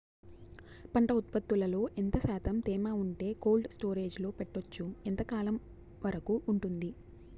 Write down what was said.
పంట ఉత్పత్తులలో ఎంత శాతం తేమ ఉంటే కోల్డ్ స్టోరేజ్ లో పెట్టొచ్చు? ఎంతకాలం వరకు ఉంటుంది